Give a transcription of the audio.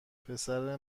پسر